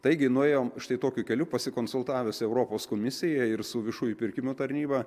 taigi nuėjom štai tokiu keliu pasikonsultavę su europos komisija ir su viešųjų pirkimų tarnyba